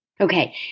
Okay